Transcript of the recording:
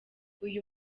uyu